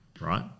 Right